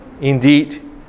indeed